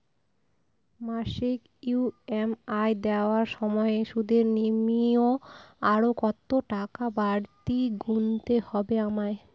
মাসিক ই.এম.আই দেওয়ার সময়ে সুদের নিমিত্ত আরো কতটাকা বাড়তি গুণতে হবে আমায়?